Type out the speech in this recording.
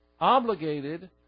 obligated